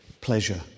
pleasure